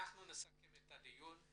אנחנו נסכם את הדיון.